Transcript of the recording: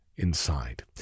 inside